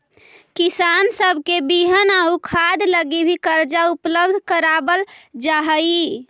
किसान सब के बिहन आउ खाद लागी भी कर्जा उपलब्ध कराबल जा हई